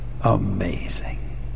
Amazing